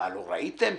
לא ראיתם?